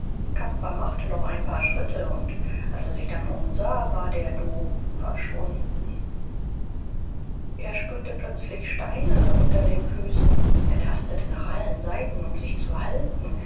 caspar machte noch ein paar schritte und als er sich dann umsah war der du verschwunden er spürte plötzlich steine unter den füßen er tastete nach allen seiten um sich zu halten